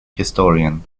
historian